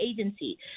Agency